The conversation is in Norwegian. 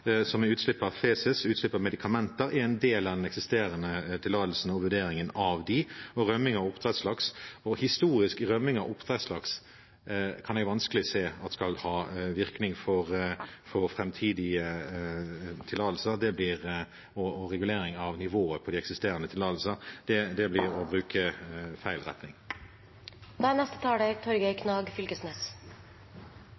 som utslipp av feces og medikamenter, er en del av den eksisterende tillatelsen og vurderingen av den og rømming av oppdrettslaks. Historisk rømming av oppdrettslaks kan jeg vanskelig se at skal ha virkning for framtidige tillatelser og regulering av nivået på eksisterende tillatelser; det blir å gå i feil retning. Det blir